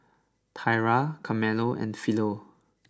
Thyra Carmelo and Philo